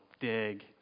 dig